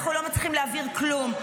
אנחנו לא מצליחים להעביר כלום.